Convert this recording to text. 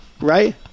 Right